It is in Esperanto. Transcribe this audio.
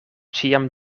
ĉiam